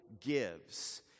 gives